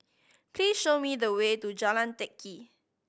please show me the way to Jalan Teck Kee